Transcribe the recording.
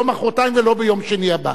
לא מחרתיים ולא ביום שני הבא.